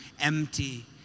empty